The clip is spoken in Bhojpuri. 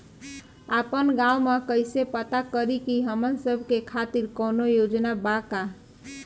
आपन गाँव म कइसे पता करि की हमन सब के खातिर कौनो योजना बा का?